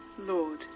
Lord